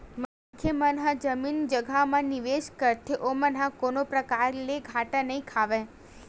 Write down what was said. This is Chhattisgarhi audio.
मनखे मन ह जमीन जघा म निवेस करथे ओमन ह कोनो परकार ले घाटा नइ खावय